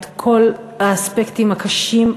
את כל האספקטים הקשים,